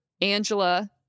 Angela